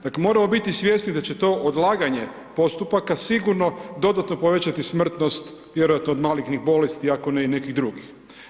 Dakle, moramo biti svjesni da će to odlaganje postupaka sigurno dodatni povećati smrtnost vjerojatno od malignih bolesti ako ne i nekih drugih.